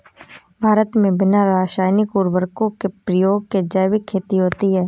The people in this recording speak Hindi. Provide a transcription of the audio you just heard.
भारत मे बिना रासायनिक उर्वरको के प्रयोग के जैविक खेती होती है